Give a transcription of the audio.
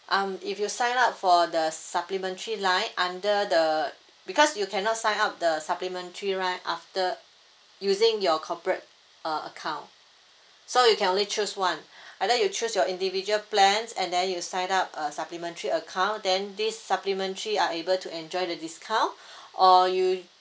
um if you sign up for the supplementary line under the because you cannot sign up the supplementary line after using your corporate uh account so you can only choose one either you choose your individual plans and then you sign up a supplementary account then this supplementary are able to enjoy the discount or you